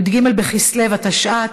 י"ג בכסלו התשע"ט,